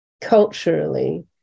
culturally